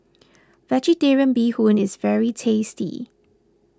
Vegetarian Bee Hoon is very tasty